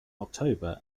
october